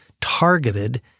targeted